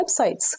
websites